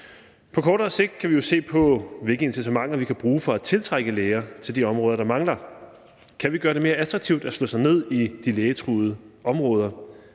På kortere sigt kan vi jo se på, hvilke incitamenter vi kan bruge for at tiltrække læger til de områder, der mangler. Kan vi gøre det mere attraktivt at slå sig ned i de lægedækningstruede områder